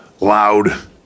loud